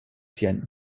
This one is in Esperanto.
tian